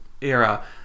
era